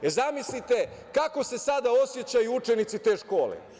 Zamislite kako se sada osećaju učenici te škole.